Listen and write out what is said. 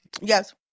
Yes